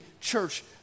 church